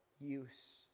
use